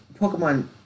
Pokemon